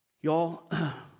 Y'all